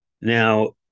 now